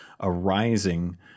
arising